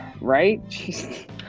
Right